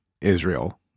Israel